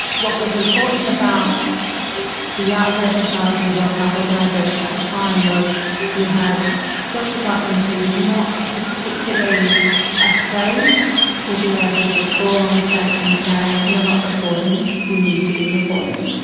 what was important about the outbreak of sars and the world health organisation at the time was you had dr brundtland who was not particularly afraid to be able to call on states and say you're not reporting, you need to be reporting.